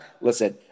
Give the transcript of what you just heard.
Listen